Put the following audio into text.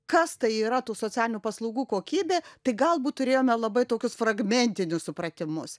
kas tai yra tų socialinių paslaugų kokybė tai galbūt turėjome labai tokius fragmentinius supratimus